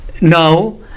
now